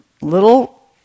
little